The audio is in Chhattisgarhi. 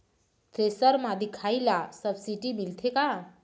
थ्रेसर म दिखाही ला सब्सिडी मिलथे का?